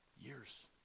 Years